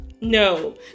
No